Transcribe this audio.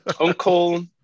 Uncle